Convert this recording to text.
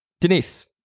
Denise